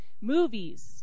movies